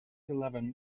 eleven